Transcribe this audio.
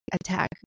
attack